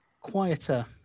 quieter